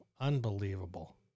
Unbelievable